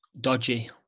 dodgy